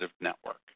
network